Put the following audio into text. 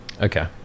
Okay